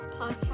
Podcast